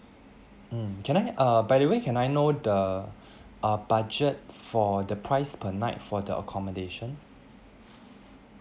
mm can I uh by the way can I know the uh budget for the price per night for the accommodation